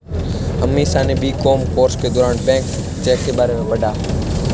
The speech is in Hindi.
अमीषा ने बी.कॉम कोर्स के दौरान बैंक चेक के बारे में पढ़ा